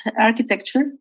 architecture